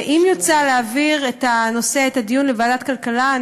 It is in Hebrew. ואם יוצע להעביר את הנושא לדיון בוועדת הכלכלה,